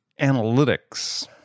analytics